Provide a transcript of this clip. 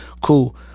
cool